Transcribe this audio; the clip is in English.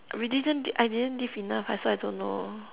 we didn't I didn't live enough that's why I don't know